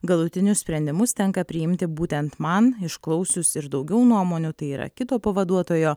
galutinius sprendimus tenka priimti būtent man išklausius ir daugiau nuomonių tai yra kito pavaduotojo